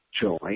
joy